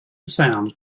sound